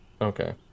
Okay